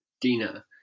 dina